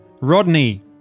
Rodney